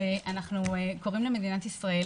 ואנחנו קוראים למדינת ישראל